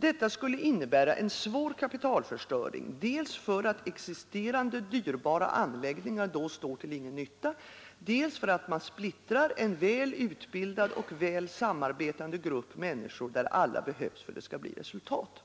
Detta skulle innebära en svår kapitalförstöring, dels därför att existerande dyrbara anläggningar då står till ingen nytta, dels därför att man splittrar en väl utbildad och väl samarbetande grupp människor, där alla behövs för att det skall bli resultat.